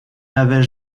n’avait